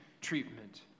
treatment